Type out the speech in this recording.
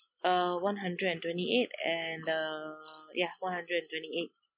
uh one hundred and twenty eight and uh ya one hundred and twenty eight